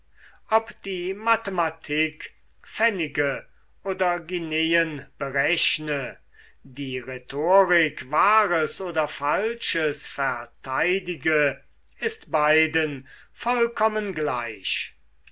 ob die mathematik pfennige oder guineen berechne die rhetorik wahres oder falsches verteidige ist beiden vollkommen gleich